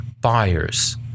buyers